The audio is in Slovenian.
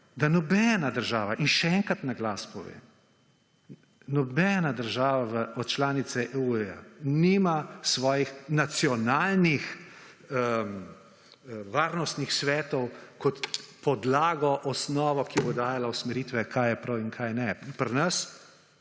da nobena država, in še enkrat na glas povem, nobena država članica EU nima svojih nacionalnih varnostnih svetov kot podlago, osnovo, ki bo dajala usmeritve, kaj je prav in kaj ne. Pri nas